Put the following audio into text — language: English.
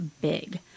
big